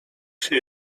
się